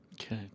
Okay